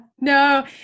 No